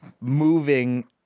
moving